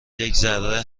یکذره